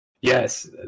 Yes